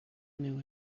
knew